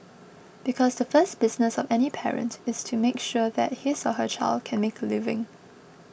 because the first business of any parent is to make sure that his or her child can make a living